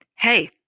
Hey